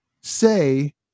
say